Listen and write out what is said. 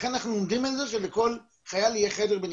לכן אנחנו עומדים על כך שלכל חייל יהיה חדר בנפרד.